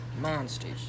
Monsters